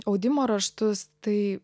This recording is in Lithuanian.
audimo raštus tai